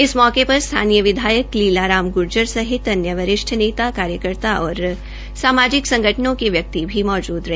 इस मौके पर स्थानीय विधायक लीला राम ग्र्जर सहित अन्य वरिष्ठ नेता कार्यकर्ता और सामाजिक संगठनों के व्यक्ति भी मौजूद रहे